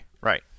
Right